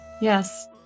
Yes